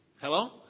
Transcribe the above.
Hello